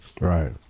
Right